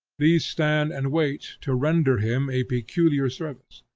these stand and wait to render him a peculiar service.